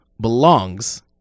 belongs